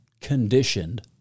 Conditioned